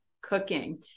cooking